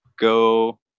go